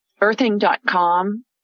Earthing.com